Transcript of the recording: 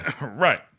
Right